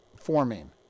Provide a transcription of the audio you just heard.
forming